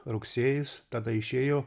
rugsėjis tada išėjo